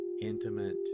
intimate